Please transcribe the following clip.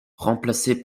remplacé